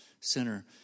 center